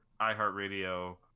iHeartRadio